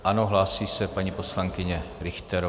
Ano, hlásí se paní poslankyně Richterová.